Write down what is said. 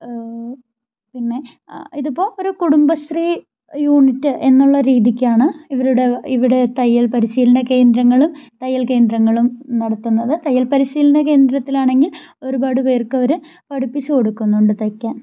പിന്നെ ഇതിപ്പോൾ ഒരു കുടുംബ ശ്രീ യൂണിറ്റ് എന്നുള്ള രീതിക്കാണ് ഇവരുടെ ഇവിടെ തയ്യൽ പരിശീലന കേന്ദ്രങ്ങളും തയ്യൽ കേന്ദ്രങ്ങളും നടത്തുന്നത് തയ്യൽ പരിശീലന കേന്ദ്രത്തിലാണെങ്കിൽ ഒരുപാട് പേർക്കവർ പഠിപ്പിച്ച് കൊടുക്കുന്നുണ്ട് തയ്ക്കാൻ